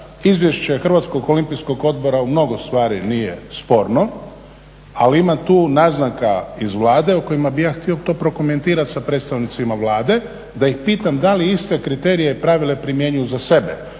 izvješće HOO-a u mnogo stvari nije sporno ali ima tu naznaka iz Vlade o kojima bih ja to htio prokomentirati sa predstavnicima Vlade da ih pitam da li iste kriterije i pravila primjenjuju za sebe,